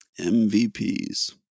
MVPs